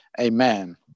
amen